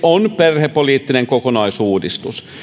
on perhepoliittinen koko naisuudistus